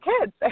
kids